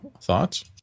thoughts